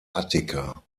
attika